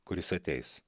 kuris ateis